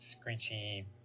screechy